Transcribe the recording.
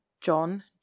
John